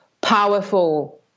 powerful